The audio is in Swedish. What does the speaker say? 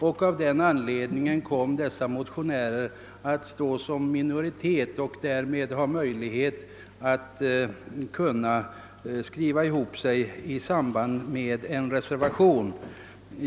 Då skulle motionärerna komma att utgöra en minoritet och därmed få möjlighet att skriva ihop sig i en reservation.